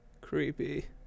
creepy